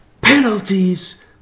Penalties